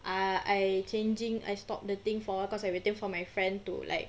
uh I changing I stop the thing for uh cause I waiting for my friend to like